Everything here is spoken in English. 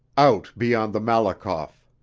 out beyond the malakoff.